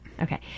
Okay